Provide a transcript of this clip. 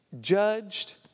judged